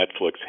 Netflix